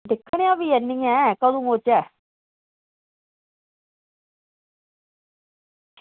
दिक्खने आं फ्ही आह्नियै कदूं औचे